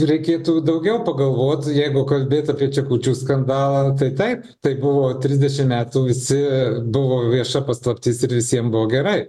reikėtų daugiau pagalvot jeigu kalbėt apie čekučių skandalą tai taip tai buvo trisdešimt metų visi buvo vieša paslaptis ir visiem buvo gerai